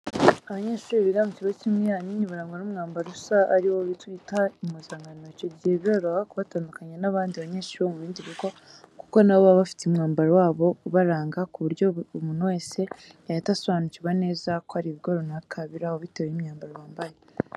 Abanyeshuri biga mu kigo kimwe, ahanini barangwa n'umwambaro usa ari wo twita impuzankano, icyo gihe biroroha ku batandukanya n'abandi banyeshuri bo mu bindi bigo kuko na bo baba bafite umwambaro wabo ubaranga ku buryo umuntu wese yahita asobanukirwa neza ko ari ibigo runaka biri aho bitewe n'imyambaro bambaye.